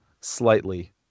slightly